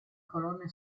colonne